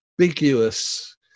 ambiguous